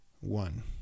one